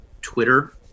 Twitter